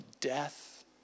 death